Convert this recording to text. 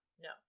no